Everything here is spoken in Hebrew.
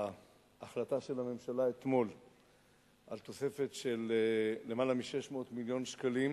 ההחלטה של הממשלה אתמול על תוספת של למעלה מ-600 מיליון שקלים,